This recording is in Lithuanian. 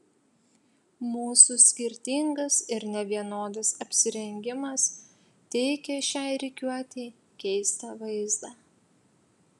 mūsų skirtingas ir nevienodas apsirengimas teikė šiai rikiuotei keistą vaizdą